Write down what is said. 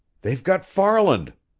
they've got farland!